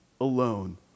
alone